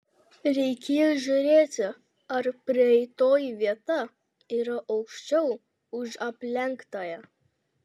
reikėjo žiūrėti ar prieitoji vieta yra aukščiau už aplenktąją